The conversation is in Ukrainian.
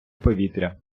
повітря